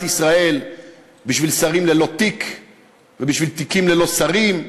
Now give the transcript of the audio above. ישראל בשביל שרים ללא תיק ובשביל תיקים ללא שרים.